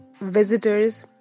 visitors